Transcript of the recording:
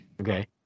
Okay